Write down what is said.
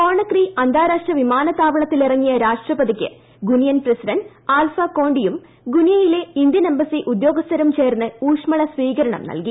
Conakry അന്താരാഷ്ട്ര വിമാനത്താവളത്തിലിറങ്ങിയ രാഷ്ട്രപതിയ്ക്ക് ഗുനിയൻ പ്രസിഡന്റ് ആൽഫാ കോണ്ടിയും ഗുനിയയിലെ ഇന്ത്യൻ എംബസി ഉദ്യോഗസ്ഥരും ചേർന്ന് ഊഷ്മള സ്വീകരണം നൽകി